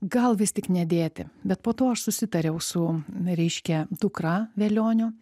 gal vis tik nedėti bet po to aš susitariau su reiškia dukra velioniu